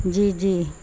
جی جی